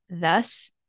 Thus